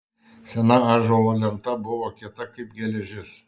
sena ąžuolo lenta buvo kieta kaip geležis